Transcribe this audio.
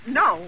no